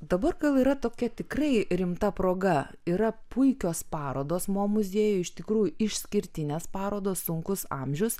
dabar gal yra tokia tikrai rimta proga yra puikios parodos mo muziejuje iš tikrųjų išskirtinės parodos sunkus amžius